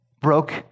broke